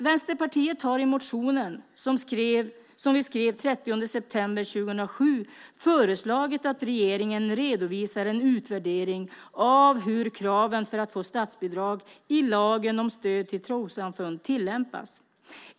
Vänsterpartiet har i motionen, som vi skrev den 30 september 2007, föreslagit att regeringen redovisar en utvärdering av hur kraven för att få statsbidrag i lagen om stöd till trossamfund tillämpas.